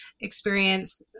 experience